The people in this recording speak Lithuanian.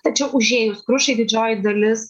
tačiau užėjus krušai didžioji dalis